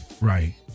Right